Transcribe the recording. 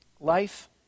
life